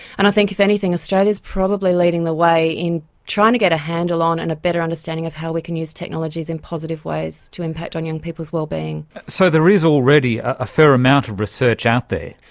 and i think if anything, australia is probably leading the way in trying to get a handle on and a better understanding of how we can use technologies in positive ways to impact on young people's well-being. so there is already a a fair amount of research out there.